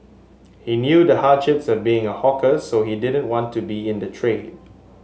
he knew the hardships of being a hawker so he didn't want me to be in the trade